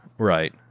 Right